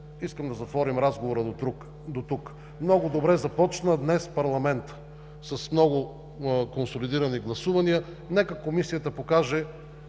Искам да затворим разговора дотук. Много добре започна днес парламентът – с много консолидирани гласувания. Нека Комисията покаже